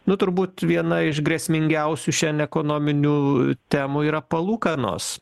nu turbūt viena iš grėsmingiausių šiandien ekonominių temų yra palūkanos